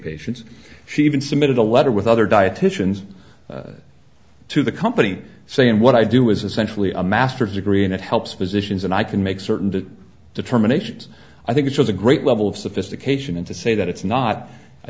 patients she even submitted a letter with other dieticians to the company saying what i do is essentially a master's degree and it helps physicians and i can make certain that determinations i think it was a great level of sophistication and to say that it's not i